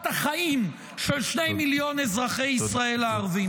החיים של שני מיליון אזרחי ישראל הערבים.